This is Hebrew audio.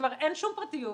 כבר אין שום פרטיות.